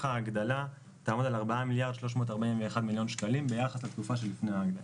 ההגדלה יעמוד על 4 מיליארד ו-341 מיליון שקלים ביחס לתקופה שלפני ההגדלה.